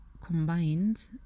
combined